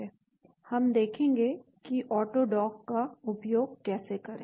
हम देखेंगे कि ऑटोडॉक का उपयोग कैसे करें